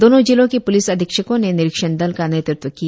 दोनों जिलों के प्लिस अधिक्षकों ने निरीक्षण दल का नेतृत्व किया